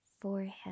forehead